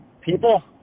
people